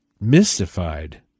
mystified